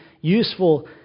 useful